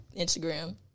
Instagram